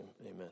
Amen